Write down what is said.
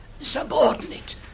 subordinate